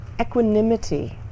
equanimity